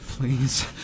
Please